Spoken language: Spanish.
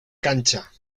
cancha